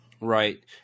right